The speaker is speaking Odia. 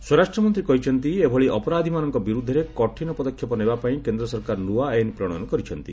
ସ୍ୱରାଷ୍ଟ୍ରମନ୍ତ୍ରୀ କହିଛନ୍ତି ଏଭଳି ଅପରାଧୀମାନଙ୍କ ବିରୁଦ୍ଧରେ କଠିନ ପଦକ୍ଷେପ ନେବା ପାଇଁ କେନ୍ଦ୍ର ସରକାର ନୂଆ ଆଇନ୍ ପ୍ରଣୟନ କରିଛନ୍ତି